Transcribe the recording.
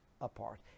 apart